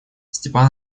степан